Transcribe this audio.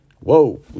Whoa